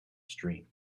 stream